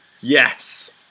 Yes